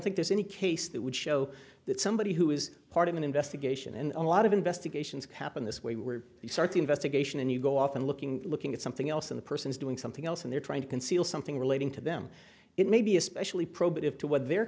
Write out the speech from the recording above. think there's any case that would show that somebody who is part of an investigation and a lot of investigations happen this way we're starting investigation and you go off and looking looking at something else in the person's doing something else and they're trying to conceal something relating to them it may be especially probative to what they're